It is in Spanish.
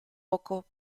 poco